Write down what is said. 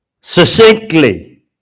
succinctly